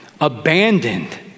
abandoned